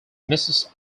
mrs